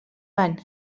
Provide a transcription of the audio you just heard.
van